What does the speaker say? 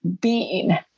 Bean